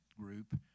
group